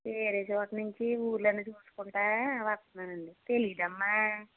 వేరే చోటు నుంచి ఊళ్ళన్నీ చూసుకుంటు వస్తున్నానండి తెలియదమ్మా